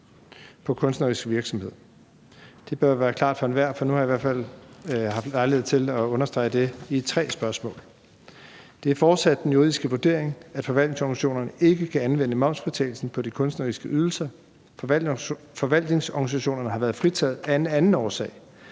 for kunstnerisk virksomhed. Det bør være klart for enhver, for nu har jeg i hvert fald haft lejlighed til at understrege det i tre spørgsmål. Det er fortsat den juridiske vurdering, at forvaltningsorganisationerne ikke kan anvende momsfritagelsen på de kunstneriske ydelser. Forvaltningsorganisationerne har været fritaget af anden årsag,